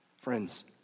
Friends